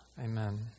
Amen